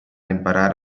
imparare